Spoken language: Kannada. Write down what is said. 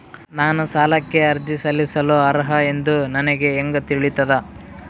ನಾನು ಸಾಲಕ್ಕೆ ಅರ್ಜಿ ಸಲ್ಲಿಸಲು ಅರ್ಹ ಎಂದು ನನಗೆ ಹೆಂಗ್ ತಿಳಿತದ?